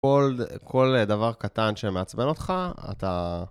כל דבר קטן שמעצבן אותך, אתה...